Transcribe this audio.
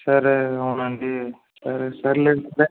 సరే అవునండి సరే సర్లేండి